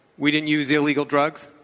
we didn't use illegal drugs,